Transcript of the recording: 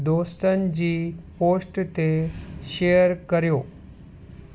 दोस्तनि जी पोस्ट ते शेअर करियो